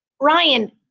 Ryan